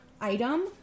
item